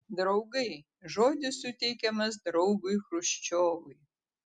draugai žodis suteikiamas draugui chruščiovui